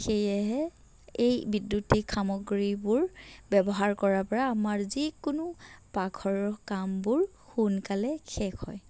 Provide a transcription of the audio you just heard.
সেয়েহে এই বিদ্য়ুতিক সামগ্ৰীবোৰ ব্য়ৱহাৰ কৰাৰপৰা আমাৰ যিকোনো পাকঘৰৰ কামবোৰ সোনকালে শেষ হয়